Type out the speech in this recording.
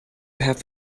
have